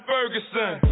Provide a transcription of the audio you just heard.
Ferguson